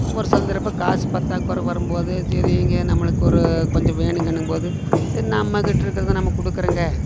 ஒவ்வொரு சந்தரப்பம் காசு பற்றாக் குறை வரும் போது சரியிங்க நம்மளுக்கு ஒரு கொஞ்சம் வேணுங்கன்னும் போது சரி நம்மக்கிட்டுருக்கறத நம்ம கொடுக்கறங்க